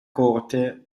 corte